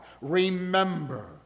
remember